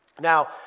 Now